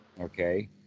okay